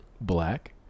black